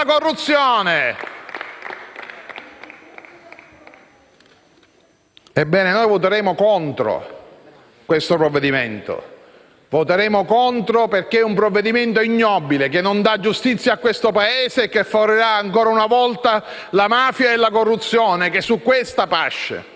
Ebbene, noi voteremo contro questo provvedimento. Voteremo contro perché è un provvedimento ignobile, che non dà giustizia a questo Paese e che favorirà ancora una volta la corruzione e la mafia che su questa pasce.